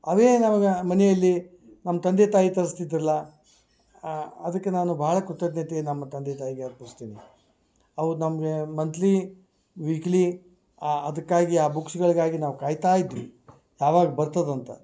ಅವೇ ನಮಗೆ ಮನೆಯಲ್ಲಿ ನಮ್ಮ ತಂದೆ ತಾಯಿ ತರಿಸ್ತಿದ್ರಲ್ಲಾ ಅದಕ್ಕೆ ನಾನು ಭಾಳ ಕೃತಜ್ಞತೆಯನ್ನ ನಮ್ಮ ತಂದೆ ತಾಯಿಗೆ ಅರ್ಪಿಸ್ತೀನಿ ಅವ್ರ ನಮಗೆ ಮಂತ್ಲಿ ವೀಕ್ಲಿ ಆ ಅದ್ಕಾಗಿ ಆ ಬುಕ್ಸ್ಗಳಿಗಾಗಿ ನಾವು ಕಾಯ್ತಾ ಇದ್ವಿ ಯಾವಾಗ ಬರ್ತದಂತ